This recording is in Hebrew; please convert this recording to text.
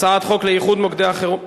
הצעת חוק לאיחוד מוקדי החירום,